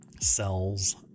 cells